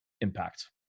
impact